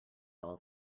all